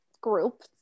group